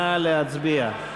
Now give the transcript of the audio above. נא להצביע.